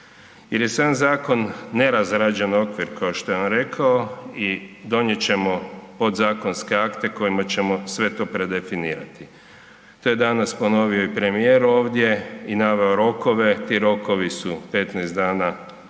jer je sam zakon nerazrađen okvir kao što je on rekao i donijet ćemo podzakonske akte kojima ćemo sve to predefinirati. To je danas ponovio i premijer ovdje i naveo rokove, ti rokovi su 30 pa plus